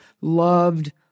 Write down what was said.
loved